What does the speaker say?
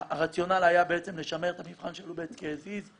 הרציונל היה לשמר את המבחן שלובצקי הזיז.